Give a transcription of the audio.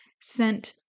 sent